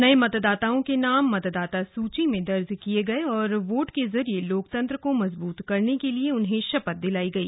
नये मतदाताओं के नाम मतदाता सूची में दर्ज किए गए और वोट के जरिए लोकतंत्र को मजबूत करने के लिए उन्हें शपथ दिलाई गई